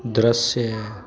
दृश्य